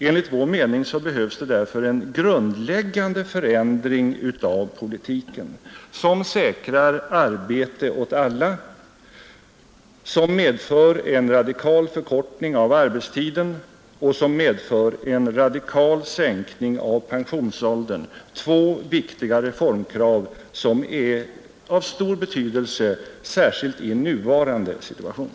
Enligt vår mening behövs det en grundläggande förändring av politiken som säkrar arbete åt alla, som medför en radikal förkortning av arbetstiden och som medför en radikal sänkning av pensionsåldern - två viktiga reformkrav som är av stor betydelse, särskilt i nuvarande situation.